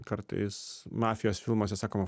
kartais mafijos filmuose sakoma